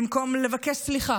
במקום לבקש סליחה,